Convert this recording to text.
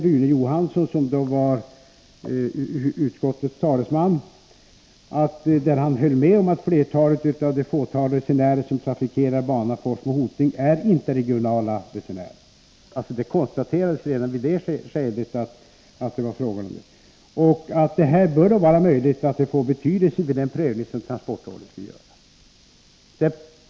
Rune Johansson, som då var utskottets talesman, höll med om att flertalet av det fåtal resenärer som trafikerade banan Hoting-Forsmo är interregionala resenärer. Det är möjligt att detta får betydelse för den prövning som transportrådet skall göra.